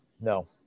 No